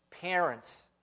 Parents